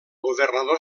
governador